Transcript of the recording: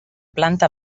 planta